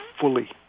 fully